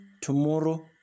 Tomorrow